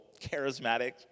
charismatic